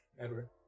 Edward